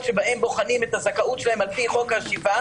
שבהם בוחנים את הזכאות שלהם על פי חוק השיבה,